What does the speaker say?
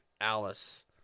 Alice